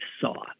saw